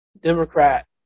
Democrat